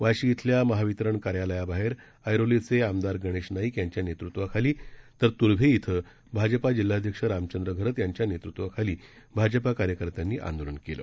वाशी इथल्या महावितरण कार्यालयाबाहेर ऐरोलीचे आमदार गणेश नाईक यांच्या नेतृत्वाखाली तर त्र्भे इथं भाजपा जिल्हाध्यक्ष रामचंद्र घरत यांच्या नेतृत्वाखाली भाजपा कार्यकर्त्यांनी आंदोलन केलं